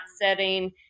setting